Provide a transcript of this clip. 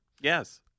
Yes